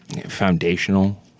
foundational